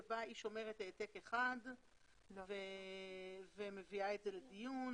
בה היא שומרת העתק אחד ומביאה את זה לדיון.